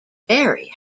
very